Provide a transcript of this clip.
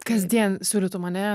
kasdien siūlytum ane